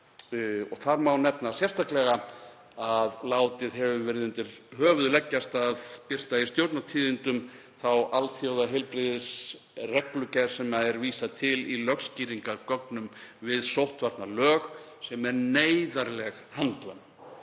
Þar má nefna sérstaklega að látið hefur verið undir höfuð leggjast að birta í Stjórnartíðindum þá alþjóðaheilbrigðisreglugerð sem er vísað til í lögskýringargögnum við sóttvarnalög, sem er neyðarleg handvömm.